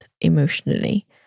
emotionally